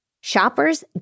Shoppers